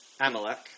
Amalek